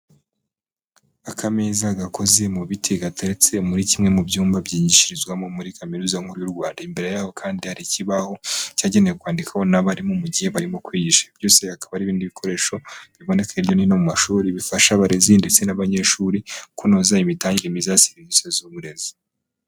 Akameza gakoze mu biti gateretse muri kimwe mu byumba byigishirizwamo muri kaminuza nkuru y'u Rwanda. Imbere yaho kandi hari ikibaho cyagenewe kwandikwaho n'abarimu mu gihe barimo kwigisha. Byose hakaba ari ibindi bikoresho biboneka hirya no hino mu mashuri bifasha abarezi ndetse n'abanyeshuri kunoza imitangire myiza ya serivisi z'uburezi.